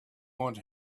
want